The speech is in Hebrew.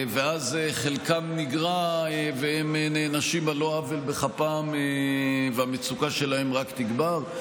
ואז חלקם נגרע והם נענשים על לא עוול בכפם והמצוקה שלהם רק תגבר.